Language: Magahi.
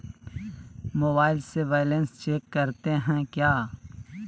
मोबाइल से बैलेंस चेक करते हैं क्या?